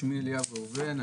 שמי אליהו ראובן,